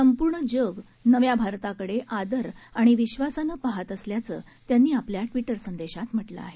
संपूर्ण जग नव्या भारताकडे आदर आणि विश्वासानं पाहत असल्याचं त्यांनी आपल्या ट्विटर संदेशात म्हटलं आहे